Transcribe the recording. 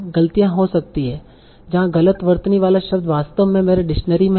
गलतियाँ हो सकती हैं जहाँ गलत वर्तनी वाला शब्द वास्तव में मेरे डिक्शनरी में है